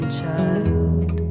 child